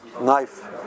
knife